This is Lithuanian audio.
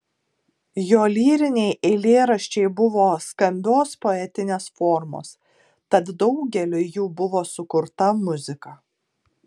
jo lyriniai eilėraščiai buvo skambios poetinės formos tad daugeliui jų buvo sukurta muzika